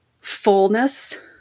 fullness